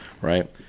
right